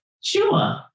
sure